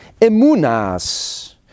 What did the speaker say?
Emunas